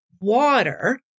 water